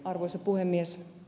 arvoisa puhemies